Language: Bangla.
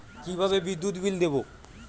কিভাবে বিদ্যুৎ বিল দেবো?